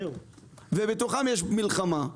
ובתוכם יש מלחמה,